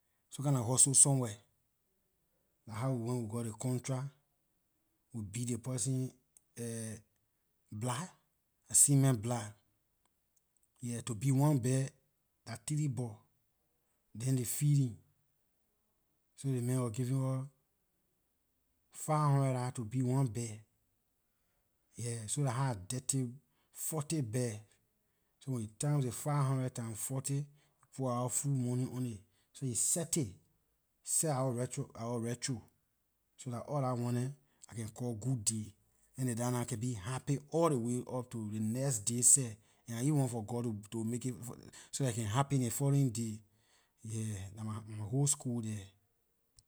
Some kinda hustle somewhere dah how we went and got ley contract we beat ley person block cement block, yeah, to be one bag dah three buck then ley feeding, so ley man wor giving us five hundred dollar to beat one bag. So dah how I dirty forty bag, so when you times ley five hundred times forty we put our food money on it, so he set it. Set our retro, so dah all lah one dem I can call good day, and then like nah I can be happy all ley way up to the next day seh and I even want for god to- to make it so dah it can happen the following day, yeah, dah my whole score there.